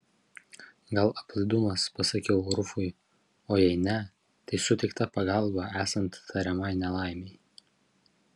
gal aplaidumas pasakiau rufui o jei ne tai suteikta pagalba esant tariamai nelaimei